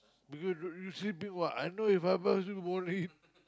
because you you sleeping [what] I know if I buzz you you won't read